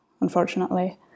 unfortunately